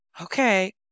Okay